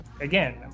again